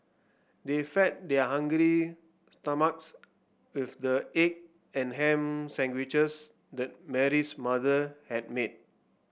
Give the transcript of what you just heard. they fed their hungry stomachs with the egg and ham sandwiches that Mary's mother had made